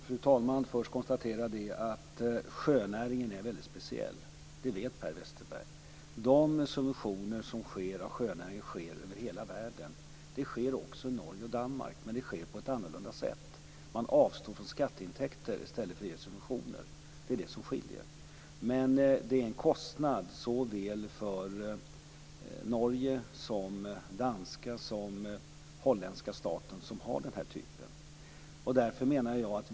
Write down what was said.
Fru talman! Låt mig först konstatera att sjönäringen är väldigt speciell. Det vet Per Westerberg. De subventioner som sker av sjönäringen, sker över hela världen. De sker också i Norge och Danmark, men de sker på ett annorlunda sätt. Man avstår från skatteintäkter i stället för att ge subventioner. Det är det som skiljer. Men det är en kostnad såväl för den norska och danska som för den holländska staten som har den här typen.